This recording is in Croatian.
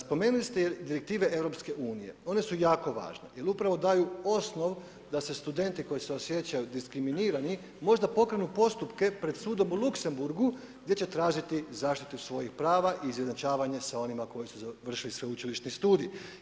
Spomenuli ste direktive EU-a, one su jako važne jer upravo daju osnov da se studenti koji se osjećaju diskriminirani možda pokrenu postupke pred sudom u Luksemburgu gdje će tražiti zaštitu svojih prava i izjednačavanje sa onima koji su završili sveučilišni studij.